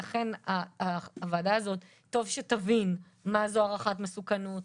לכן הוועדה הזאת טוב שתבין מה זו הערכת מסוכנות,